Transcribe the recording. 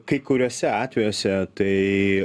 kai kuriuose atvejuose tai